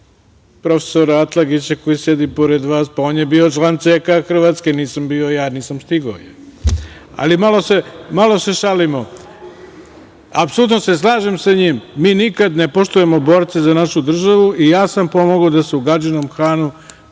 profesora Atlagića koji sedi pored vas, pa on je bio član CK Hrvatske, nisam bio ja, nisam stigao. Malo se šalimo. Apsolutno se slažem sa njim, mi nikada ne poštujemo borce za našu državu i ja sam pomogao da se u Gadžinom hanu,